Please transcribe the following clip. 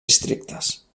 districtes